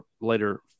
later